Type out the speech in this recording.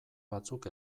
batzuk